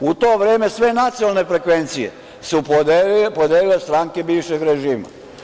U to vreme sve nacionalne frekvencije su podelile stranke bivšeg režima.